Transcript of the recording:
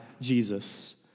Jesus